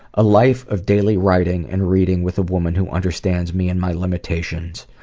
a life of daily writing and reading with a woman who understands me and my limitations,